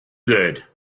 good